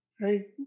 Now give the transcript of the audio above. Right